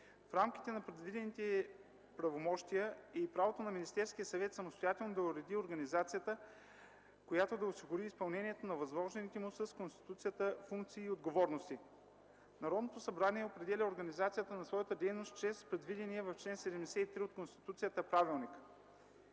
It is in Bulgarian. В рамките на предвидените правомощия е и правото на Министерския съвет самостоятелно да определи организацията, която да осигури изпълнението на възложените му с Конституцията функции и отговорности. Народното събрание определя организацията на своята дейност чрез предвидения в чл. 73 от Конституцията правилник.